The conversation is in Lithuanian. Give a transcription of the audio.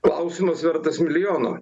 klausimas vertas milijono